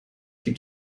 gibt